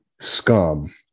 scum